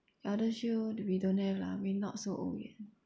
eldershield do we don't have lah we not so old yet